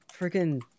Freaking